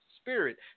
spirit